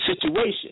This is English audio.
situation